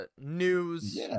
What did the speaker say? news